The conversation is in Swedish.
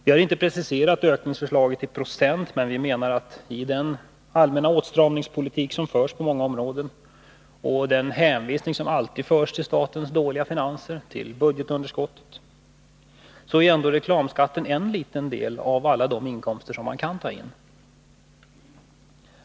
Vi har inte preciserat förslaget om ökning i procent, men vi menar att i den allmänna åtstramningspolitik som förs på många områden och med den hänvisning till statens dåliga finanser och budgetunderskottet som alltid görs, är reklamskatten ändå en liten del av de inkomster som man kan ta in.